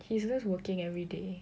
he's just working every day